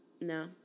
no